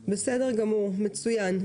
מצוין.